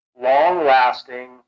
long-lasting